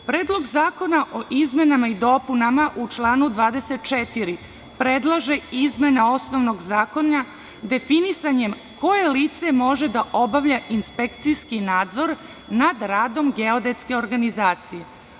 Predlog zakona o izmenama i dopunama u članu 24. predlaže izmene osnovnog zakona definisanjem koje lice može da obavlja inspekcijski nadzor nad radom geodetske organizacije.